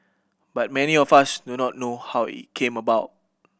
but many of us do not know how it came about